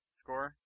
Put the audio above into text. score